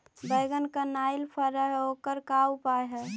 बैगन कनाइल फर है ओकर का उपाय है?